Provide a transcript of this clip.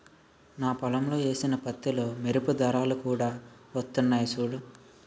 నా పొలంలో ఏసిన పత్తిలో మెరుపు దారాలు కూడా వొత్తన్నయ్ సూడూ